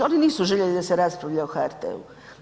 Oni nisu željeli da se raspravlja o HRT-u.